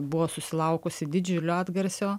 buvo susilaukusi didžiulio atgarsio